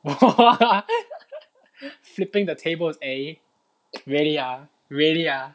!wah! flipping the tables eh really ah really ah